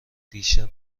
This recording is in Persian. دیشب